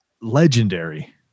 legendary